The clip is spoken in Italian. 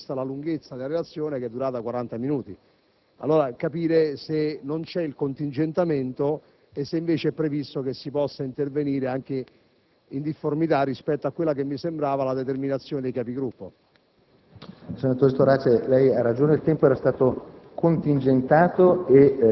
Vorrei sapere se è stata prevista una durata differente del dibattito, vista la lunghezza della relazione, che è durata quaranta minuti. Vorrei capire se non c'è il contingentamento dei tempi e se invece è previsto che si possa intervenire anche in difformità da quella che mi sembrava la determinazione dei Capigruppo.